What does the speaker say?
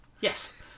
Yes